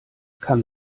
kann